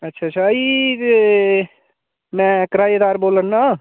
अच्छा अच्छा ई ते मै करायेदार बोला ना